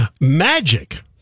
magic